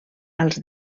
als